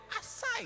aside